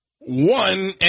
one